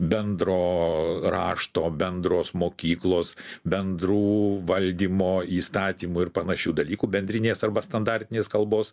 bendro rašto bendros mokyklos bendrų valdymo įstatymų ir panašių dalykų bendrinės arba standartinės kalbos